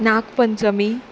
Nag Panchami